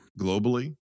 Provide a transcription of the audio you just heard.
globally